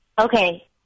Okay